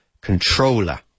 controller